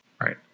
Right